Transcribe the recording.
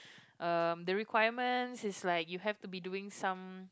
um the requirement is like you have to be doing some